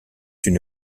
une